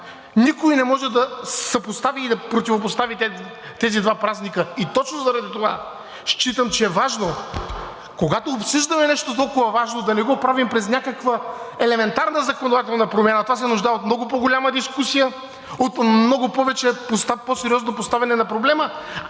Никой не може да съпостави и да противопостави тези два празника и точно заради това считам, че е важно, когато обсъждаме нещо толкова важно, да не го правим през някаква елементарна законодателна промяна. Това се нуждае от много по-голяма дискусия, от много по-сериозно поставяне на проблема,